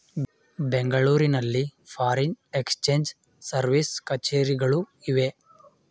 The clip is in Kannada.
ಬೆಂಗಳೂರಿನಲ್ಲಿ ಫಾರಿನ್ ಎಕ್ಸ್ಚೇಂಜ್ ಸರ್ವಿಸ್ ಕಛೇರಿಗಳು ಇವೆ